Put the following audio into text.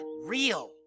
real